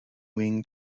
wing